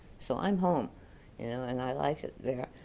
so i'm home you know and i like it there.